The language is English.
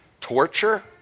torture